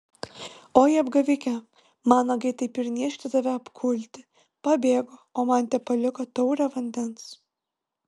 oi apgavike man nagai taip ir niežti tave apkulti pabėgo o man tepaliko taurę vandens